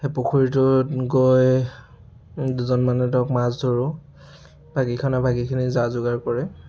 সেই পুখুৰীটোত গৈ দুজনমানে ধৰক মাছ ধৰোঁ বাকীখনে বাকীখিনি যা যোগাৰ কৰে